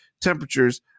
temperatures